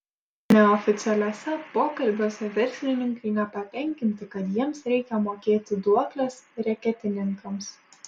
neoficialiuose pokalbiuose verslininkai nepatenkinti kad jiems reikia mokėti duokles reketininkams